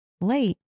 late